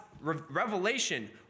revelation